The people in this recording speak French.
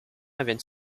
viennent